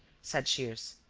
said shears.